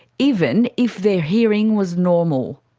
even if their hearing was normal.